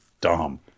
dumb